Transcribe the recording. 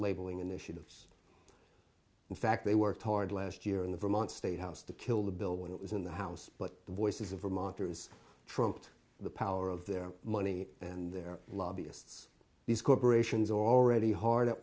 labeling initiatives in fact they worked hard last year in the vermont state house to kill the bill when it was in the house but the voices of the monsters trumped the power of their money and their lobbyists these corporations already hard at